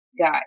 guy